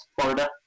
Florida